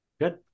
Good